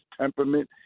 temperament